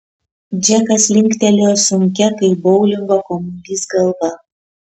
džekas linktelėjo sunkia kaip boulingo kamuolys galva